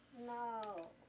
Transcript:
No